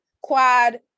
Quad